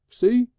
see?